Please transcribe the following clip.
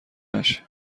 نشه